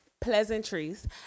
pleasantries